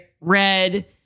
red